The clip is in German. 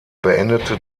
beendete